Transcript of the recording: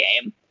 game